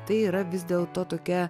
tai yra vis dėl to tokia